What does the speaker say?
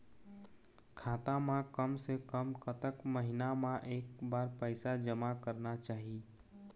खाता मा कम से कम कतक महीना मा एक बार पैसा जमा करना चाही?